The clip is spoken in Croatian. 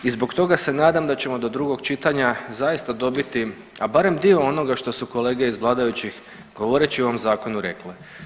I zbog toga se nadam da ćemo do drugog čitanja zaista dobiti, a barem dio onoga što su kolege iz vladajućih, govoreći o ovom Zakonu rekli.